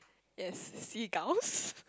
yes seagulls